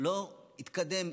לא התקדם,